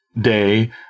day